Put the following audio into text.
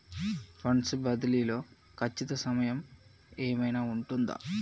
Funds బదిలీ లో ఖచ్చిత సమయం ఏమైనా ఉంటుందా?